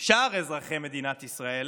שאר אזרחי מדינת ישראל